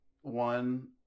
One